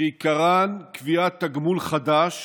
שעיקרן קביעת תגמול חדש